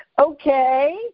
Okay